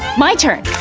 my turn!